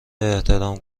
احترام